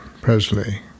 Presley